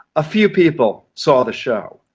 a few people saw the show.